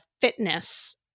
fitness